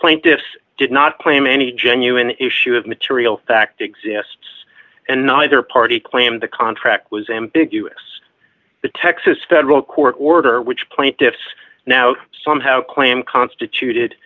plaintiffs did not claim any genuine issue of material fact exists and neither party claim the contract was ambiguous the texas federal court order which plaintiffs somehow claim constituted